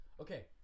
Okay